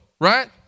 right